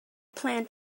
plan